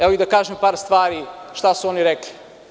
Evo i da kažem par stvari šta su oni rekli.